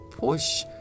push